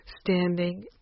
standing